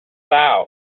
out